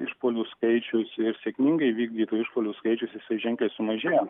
išpuolių skaičius ir sėkmingai įvykdytų išpuolių skaičius jisai ženkliai sumažėjo